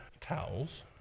towels